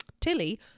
Tilly